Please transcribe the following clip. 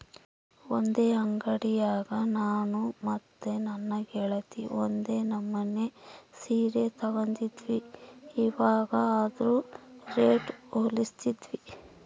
ಒಂದೇ ಅಂಡಿಯಾಗ ನಾನು ಮತ್ತೆ ನನ್ನ ಗೆಳತಿ ಒಂದೇ ನಮನೆ ಸೀರೆ ತಗಂಡಿದ್ವಿ, ಇವಗ ಅದ್ರುದು ರೇಟು ಹೋಲಿಸ್ತಿದ್ವಿ